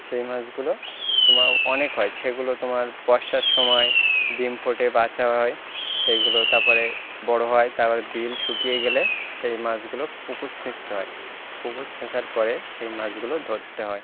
সেই মাছগুলো তোমার অনেক হয় সেগুলো তোমার বর্ষার সময় ডিম ফোটে বাচ্চা হয় সেইগুলো তার পরে বড় হয় তার পরে বিল শুকিয়ে গেলে সেই মাছগুলো পুকুর ছেঁচতে হয় পুকুর ছেঁচার পরে সেই মাছগুলো ধরতে হয়